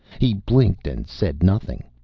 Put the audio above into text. he blinked and said nothing.